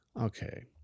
Okay